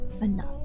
enough